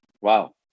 Wow